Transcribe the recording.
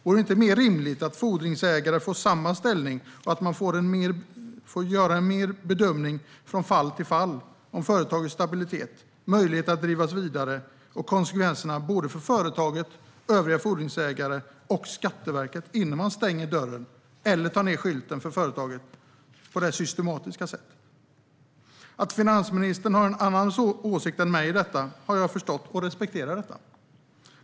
Vore det inte mer rimligt att fordringsägare får samma ställning och att man får göra en bedömning från fall till fall av företagets stabilitet och möjlighet att drivas vidare och av konsekvenserna för företaget, övriga fordringsägare och Skatteverket innan man stänger dörren eller tar ned skylten för företag på detta systematiska sätt? Att finansministern har en annan åsikt än jag om detta har jag förstått, och jag respekterar det.